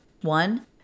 One